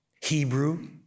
Hebrew